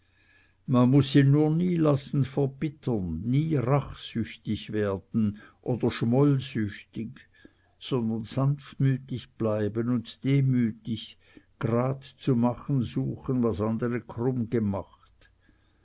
man muß sich nur nie lassen verbittern nie rachsüchtig werden oder schmollsüchtig sondern sanftmütig bleiben und demütig grad zu machen suchen was andere krumm gemacht